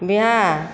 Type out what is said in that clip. Bihar